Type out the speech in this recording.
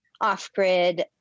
off-grid